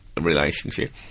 relationship